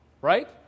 right